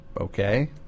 Okay